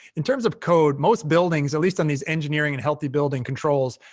in terms of code, most buildings, at least on these engineering and healthy building controls,